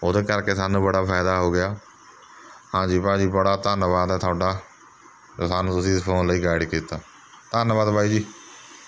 ਉਹਦੇ ਕਰਕੇ ਸਾਨੂੰ ਬੜਾ ਫਾਇਦਾ ਹੋ ਗਿਆ ਹਾਂਜੀ ਭਾਅ ਜੀ ਬੜਾ ਧੰਨਵਾਦ ਹੈ ਤੁਹਾਡਾ ਅ ਸਾਨੂੰ ਤੁਸੀਂ ਇਸ ਫ਼ੋਨ ਲਈ ਗਾਈਡ ਕੀਤਾ ਧੰਨਵਾਦ ਬਾਈ ਜੀ